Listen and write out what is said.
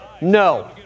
No